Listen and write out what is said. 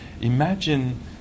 Imagine